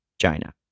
China